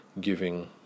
giving